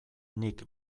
nik